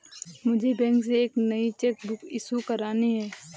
मुझे बैंक से एक नई चेक बुक इशू करानी है